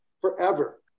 forever